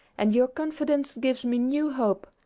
and your confidence gives me new hope.